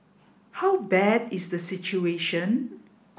how bad is the situation